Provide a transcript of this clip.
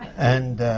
and